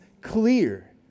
clear